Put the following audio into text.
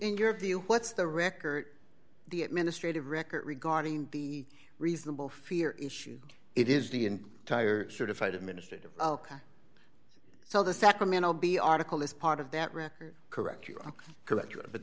in your view what's the record the administrative record regarding the reasonable fear issue it is the in tire certified administrative so the sacramento bee article is part of that record correct you